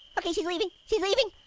okay, she's leaving, she's leaving,